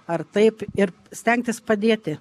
ar taip ir stengtis padėti